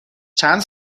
چند